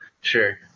Sure